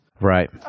right